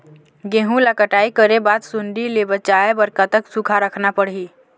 गेहूं ला कटाई करे बाद सुण्डी ले बचाए बर कतक सूखा रखना पड़ही?